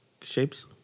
Shapes